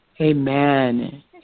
Amen